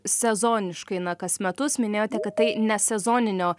sezoniškai na kas metus minėjote kad tai ne sezoninio